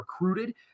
recruited